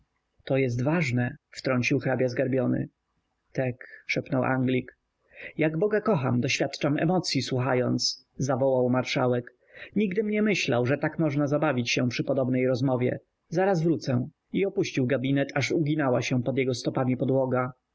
to jest ważne wtrącił hrabia zgarbiony tek szepnął anglik jak boga kocham doświadczam emocyi słuchając zawołał marszałek nigdym nie myślał że tak można zabawić się przy podobnej rozmowie zaraz wrócę i opuścił gabinet aż uginała się pod jego stopami podłoga